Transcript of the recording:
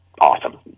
awesome